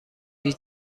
هیچ